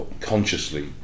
consciously